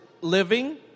living